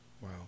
Wow